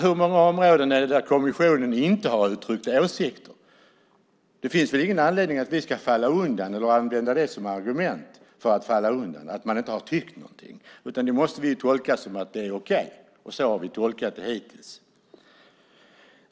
Hur många områden finns det där kommissionen inte har uttryckt åsikter? Det finns väl ingen anledning att vi ska falla undan eller använda det faktum att man inte har tyckt någonting som argument för att falla undan. Det måste vi ju tolka så att det är okej, och så har vi tolkat det hittills.